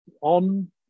on